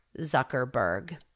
Zuckerberg